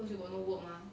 mm